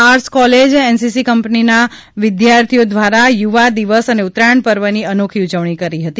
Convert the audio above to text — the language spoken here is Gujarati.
આર્ટસ કોલેજ એનસીસી કંપનીના વિદ્યાર્થીઓ દ્વારા યુવા દિવસ અને ઉતરાયણ પર્વની અનોખી ઉજવણી કરી હતી